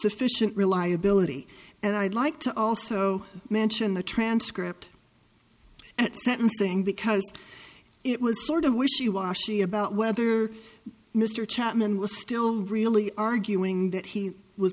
sufficient reliability and i'd like to also mention the transcript at sentencing because it was sort of wishy washy about whether mr chapman was still really arguing that he was